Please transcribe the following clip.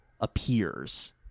appears